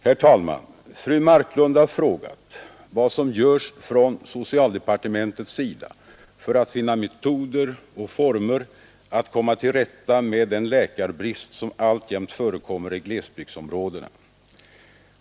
Herr talman! Fru Marklund har frågat vad som görs från socialdepartementets sida för att finna metoder och former att komma till rätta med den läkarbrist som alltjämt förekommer i glesbygdsområdena.